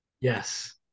Yes